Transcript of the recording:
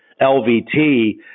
LVT